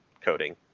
coding